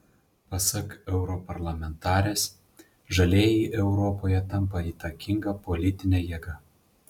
pasak europarlamentarės žalieji europoje tampa įtakinga politine jėga